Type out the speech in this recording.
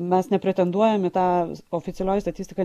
mes nepretenduojam į tą oficialioji statistika